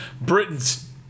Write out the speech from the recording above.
Britain's